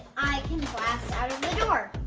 i can blast out of the door!